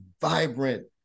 vibrant